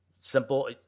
Simple